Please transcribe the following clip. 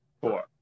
four